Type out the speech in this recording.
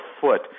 foot